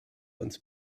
uns